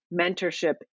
mentorship